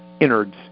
innards